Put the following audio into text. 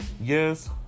Yes